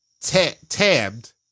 Tabbed